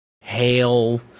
hail